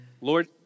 Lord